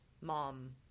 mom